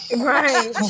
Right